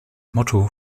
motto